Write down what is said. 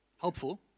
Helpful